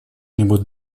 нибудь